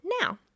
now